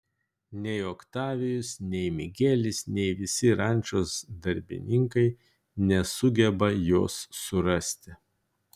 nei oktavijus nei migelis nei visi rančos darbininkai nesugeba jos surasti